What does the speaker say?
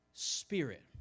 Spirit